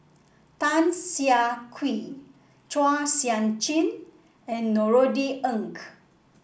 Tan Siah Kwee Chua Sian Chin and Norothy Ng